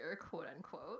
quote-unquote